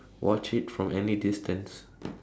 watch it from any distance